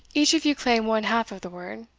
each of you claim one-half of the word,